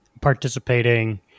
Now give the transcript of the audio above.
participating